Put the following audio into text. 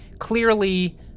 clearly